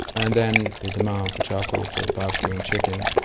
and then the demand for charcoal for bbqing chicken,